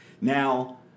Now